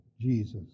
Jesus